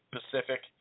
Pacific